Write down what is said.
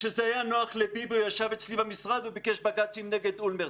כשזה היה נוח לביבי הוא ישב אצלי במשרד וביקש בג"צים נגד אולמרט,